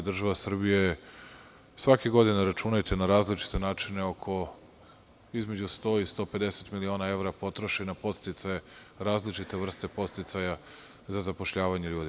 Država Srbija svake godine, računajte na drugačije načine, između 100 i 150 miliona evra potroši na podsticaje, različite vrste podsticaja za zapošljavanje ljudi.